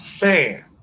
fan